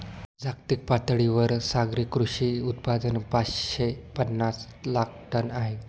जागतिक पातळीवर सागरी कृषी उत्पादन पाचशे पनास लाख टन आहे